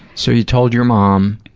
so, you told your mom.